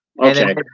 Okay